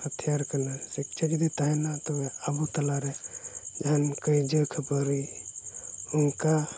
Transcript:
ᱦᱟᱹᱛᱭᱟᱹᱨ ᱠᱟᱱᱟ ᱥᱤᱪᱪᱷᱟ ᱡᱩᱫᱤ ᱛᱟᱦᱮᱱᱟ ᱛᱚᱵᱮ ᱟᱵᱚ ᱛᱟᱞᱟᱨᱮ ᱡᱟᱦᱟᱱ ᱠᱟᱹᱭᱡᱟᱹ ᱠᱷᱟᱹᱯᱟᱹᱨᱤ ᱚᱱᱠᱟ